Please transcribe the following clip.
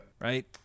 Right